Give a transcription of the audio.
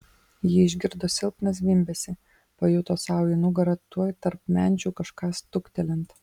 ji išgirdo silpną zvimbesį pajuto sau į nugarą tuoj tarp menčių kažką stuktelint